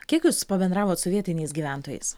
kiek jūs pabendravot su vietiniais gyventojais